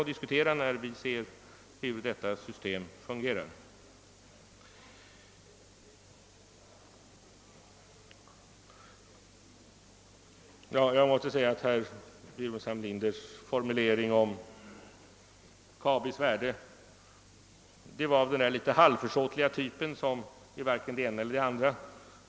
Herr Burenstam Linders formulering om Kabis värde var av den halvt försåtliga typen som varken säger det ena eller det andra.